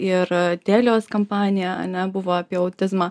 ir telios kampanija ane buvo apie autizmą